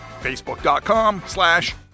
Facebook.com/slash